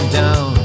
down